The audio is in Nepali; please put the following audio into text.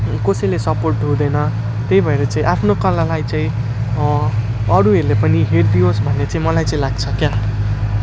कसैले सपोर्ट हुँदैन त्यही भएर चाहिँ आफ्नो कलालाई चाहिँ अरूहरूले पनि हेरिदियोस् भन्ने चाहिँ मलाई चाहिँ लाग्छ क्या